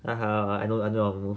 (uh huh) I know I know your move